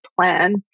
plan